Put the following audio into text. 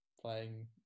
playing